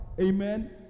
Amen